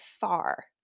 far